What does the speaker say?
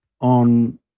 on